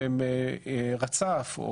שהם רצפים,